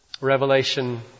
Revelation